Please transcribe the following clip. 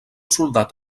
soldat